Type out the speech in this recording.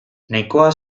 nahikoa